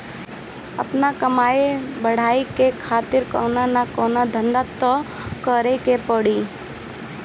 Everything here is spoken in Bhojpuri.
आपन कमाई बढ़ावे खातिर कवनो न कवनो धंधा तअ करीए के पड़ी